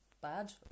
bad